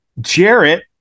Jarrett